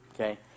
Okay